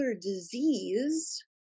disease